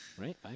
Right